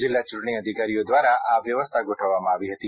જિલ્લા ચ્રંટણી અધિકારીઓ દ્વારા આ વ્યવસ્થા ગોઠવવામાં આવી હતી